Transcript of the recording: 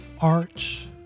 arts